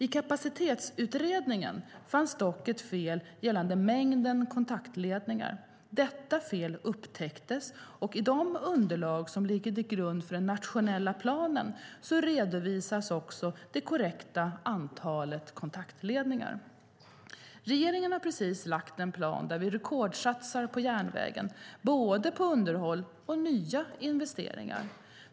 I Kapacitetsutredningen fanns dock ett fel gällande mängden kontaktledningar. Detta fel upptäcktes, och i de underlag som ligger till grund för den nationella planen redovisas också det korrekta antalet kontaktledningar. Regeringen har precis lagt fram en plan där vi rekordsatsar på järnvägen, både på underhåll och nya investeringar.